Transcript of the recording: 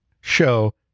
show